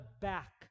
back